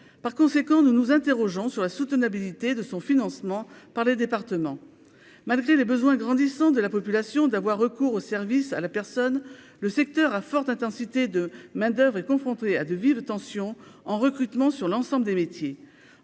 par conséquent, nous nous interrogeons sur la soutenabilité de son financement par les départements, malgré les besoins grandissants de la population d'avoir recours aux services à la personne, le secteur à forte intensité de main d'oeuvre est confrontée à de vives tensions en recrutement sur l'ensemble des métiers